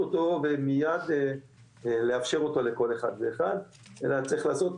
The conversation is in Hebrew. אותו ומיד לאפשר אותו לכל אחד ואחד אלא צריך לעשות,